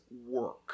work